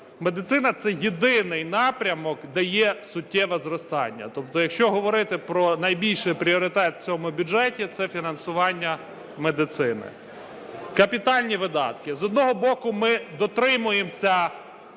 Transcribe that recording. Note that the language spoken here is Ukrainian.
Медицина – це єдиний напрямок, де є суттєве зростання. Тобто якщо говорити про найбільший пріоритет в цьому бюджеті, це фінансування медицини. Капітальні видатки. З одного боку, ми дотримуємося